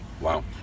Wow